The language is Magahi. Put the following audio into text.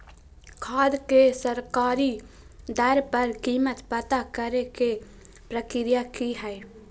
खाद के सरकारी दर पर कीमत पता करे के प्रक्रिया की हय?